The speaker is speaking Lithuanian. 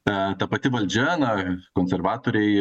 tą ta pati valdžia na konservatoriai